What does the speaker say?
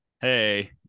hey